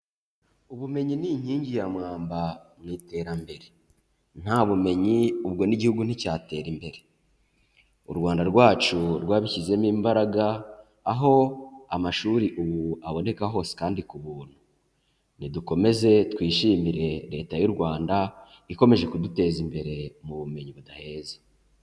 Ubumenyi ni inkingi ya mwamba mu iterambere. Nta bumenyi ubwo n'Igihugu nticyatera imbere. U Rwanda rwacu rwabishyizemo imbaraga, aho amashuri ubu aboneka hose kandi ku buntu. Nidukomeze twishimire Leta y'u Rwanda, ikomeje kuduteza imbere mu bumenyi budaheza.